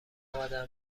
قدم